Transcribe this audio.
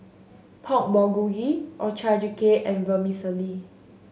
Pork Bulgogi Ochazuke and Vermicelli